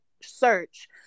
search